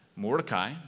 Mordecai